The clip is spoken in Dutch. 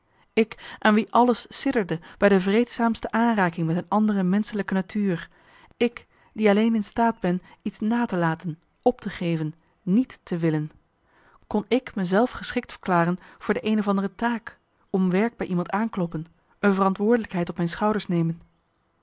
ik aan wie alles sidderde bij de vreedzaamste aanraking met een andere menschelijke natuur ik die alleen in staat ben iets na te laten op te geven niet te willen kon ik me zelf geschikt verklaren voor de een of andere taak om werk marcellus emants een nagelaten bekentenis bij iemand aankloppen een verantwoordelijkheid op mijn schouders nemen